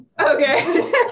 Okay